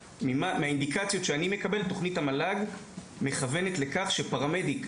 מהאינדיקציות שאני מקבל תכנית המל"ג מכוונת לכך שפרמדיק,